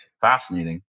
fascinating